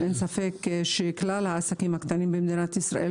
אין ספק שכלל העסקים הקטנים במדינת ישראל,